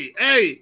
hey